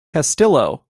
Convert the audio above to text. castillo